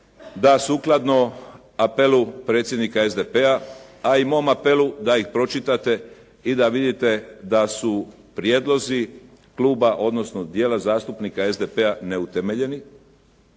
da sukladno apelu predsjednika SDP-a, a i mom apelu da ih pročitate i da vidite da su prijedlozi kluba, odnosno dijela zastupnika SDP-a ne utemeljeni